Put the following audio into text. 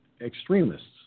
extremists